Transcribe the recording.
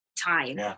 time